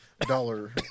dollar